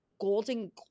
Golden